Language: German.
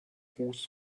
ruß